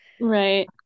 right